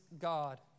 God